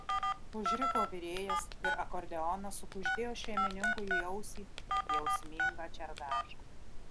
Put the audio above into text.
užriko virėjas ir akordeonas sukuždėjo šeimininkui į ausį jausmingą čardašą